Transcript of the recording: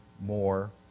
more